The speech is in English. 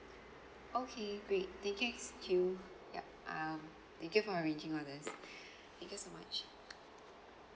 okay great thank you X Q yup um thank you for arranging all this thank you so much